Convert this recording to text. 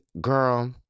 Girl